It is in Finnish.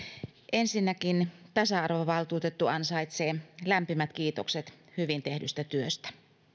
ensinnäkin tasa arvovaltuutettu ansaitsee lämpimät kiitokset hyvin tehdystä työstä